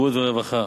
בריאות ורווחה,